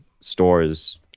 stores